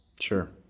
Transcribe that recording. Sure